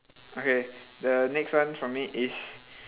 okay the next one for me is